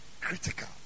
Critical